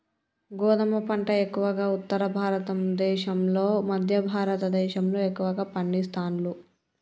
గోధుమ పంట ఎక్కువగా ఉత్తర భారత దేశం లో మధ్య భారత దేశం లో ఎక్కువ పండిస్తాండ్లు